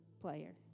player